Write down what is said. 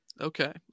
Okay